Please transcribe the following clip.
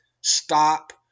stop